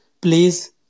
Please